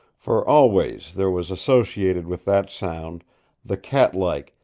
for always there was associated with that sound the cat-like,